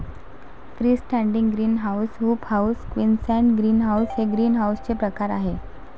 free standing greenhouse, hoop house, Quonset greenhouse हे ग्रीनहाऊसचे प्रकार आहे